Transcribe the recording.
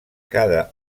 cada